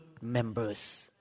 members